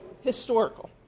historical